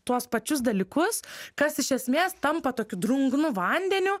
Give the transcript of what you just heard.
tuos pačius dalykus kas iš esmės tampa tokiu drungnu vandeniu